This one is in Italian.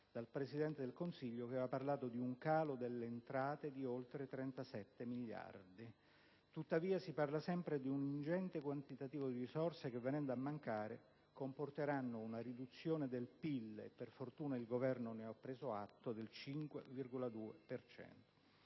dal Presidente del Consiglio, che aveva parlato di un calo delle entrate di oltre 37 miliardi. Tuttavia, si parla sempre di un ingente quantitativo di risorse che, venendo a mancare, comporteranno una riduzione del PIL - e per fortuna il Governo ne ha preso atto - del 5,2